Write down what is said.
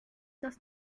das